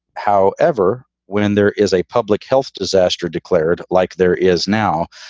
however, when there is a public health disaster declared like there is now,